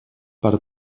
per